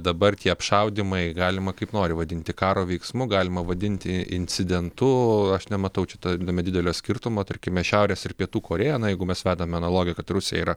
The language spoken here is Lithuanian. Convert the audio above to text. dabar tie apšaudymai galima kaip nori vadinti karo veiksmu galima vadinti incidentu aš nematau čia tame didelio skirtumo tarkime šiaurės ir pietų korėja na jeigu mes vedame analogiją kad rusija yra